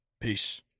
Peace